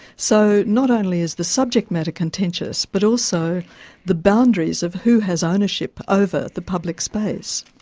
so not only is the subject matter contentious, but also the boundaries of who has ownership over the public space.